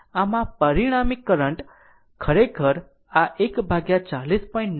આમ આ પરિણામી કરંટ ખરેખર આ 140